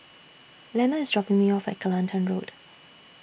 Lenna IS dropping Me off At Kelantan Road